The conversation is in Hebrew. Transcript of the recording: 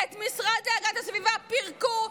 את המשרד להגנת הסביבה פירקו,